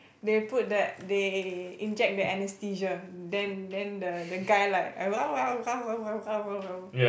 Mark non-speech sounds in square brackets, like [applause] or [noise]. they put the they inject the anesthesia then then the the guy like [noise]